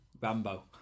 Rambo